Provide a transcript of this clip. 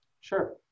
Sure